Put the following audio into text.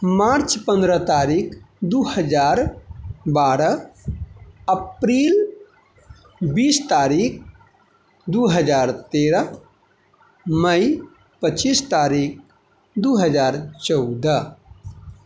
मार्च पन्द्रह तारीख दू हजार बारह अप्रिल बीस तारीख दू हजार तेरह मइ पचीस तारीख दू हजार चौदह